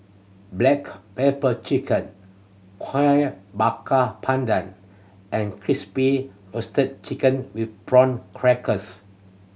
black pepper chicken Kueh Bakar Pandan and Crispy Roasted Chicken with Prawn Crackers